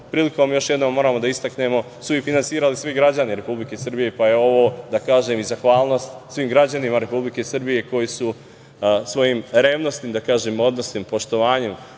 prilikom to još jednom moramo da istaknemo, finansirali svi građani Republike Srbije, pa je ovo i zahvalnost svim građanima Republike Srbije koji su svojim revnosnim odnosom i poštovanjem